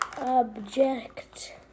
object